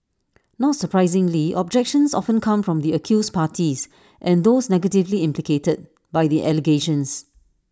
not surprisingly objections often come from the accused parties and those negatively implicated by the allegations